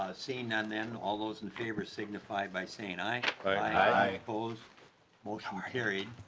ah scene and then all those in favor signify by saying aye aye opposed motion carries.